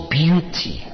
beauty